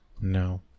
No